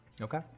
Okay